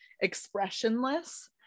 expressionless